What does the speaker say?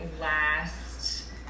last